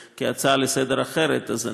אם הכנסת תרצה להעלות את זה כהצעה אחרת לסדר-היום